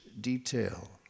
detail